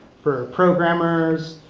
for programmers,